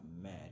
mad